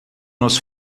nos